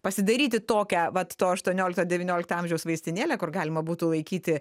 pasidaryti tokią vat to aštuoniolikto devyniolikto amžiaus vaistinėlę kur galima būtų laikyti